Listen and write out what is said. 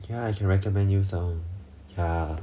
can recommend you some